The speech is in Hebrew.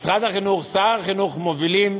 משרד החינוך, שר החינוך, מובילים